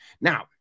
Now